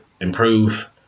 improve